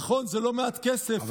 נכון, זה לא מעט כסף,